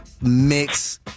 mix